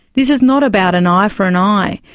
this is not about an eye for an eye.